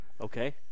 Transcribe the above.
Okay